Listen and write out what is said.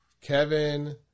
Kevin